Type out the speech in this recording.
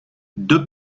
deux